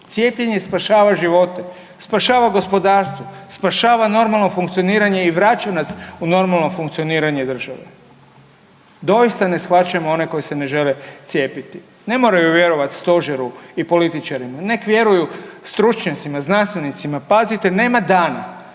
Cijepljenje spašava živote, spašava gospodarstvo, spašava normalno funkcioniranje i vraća nas u normalno funkcioniranje države. Doista ne shvaćam one koji se ne žele cijepiti. Ne moraju vjerovati stožeru i političarima. Neka vjeruju stručnjacima, znanstvenicima. Pazite nema dana